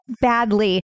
badly